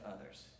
others